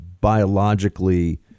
biologically